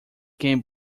game